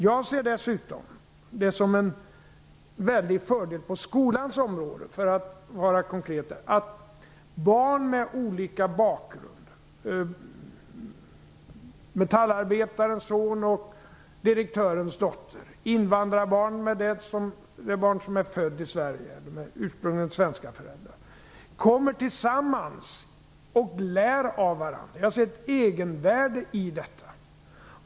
Jag ser det dessutom som en väldig fördel på skolans område, för att vara konkret, att barn med olika bakgrund - metallarbetarens son och direktörens dotter, invandrarbarn och det barn som är fött i Sverige med ursprungligen svenska föräldrar - kommer tillsammans och lär av varandra. Jag ser ett egenvärde i detta.